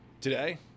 today